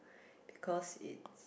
because it